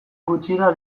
gutxira